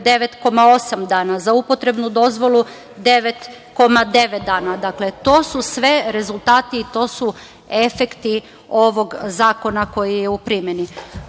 9,8 dana, za upotrebnu dozvolu 9,9 dana. Dakle, to su sve rezultati, to su efekti ovog zakona koji je u primeni. Broj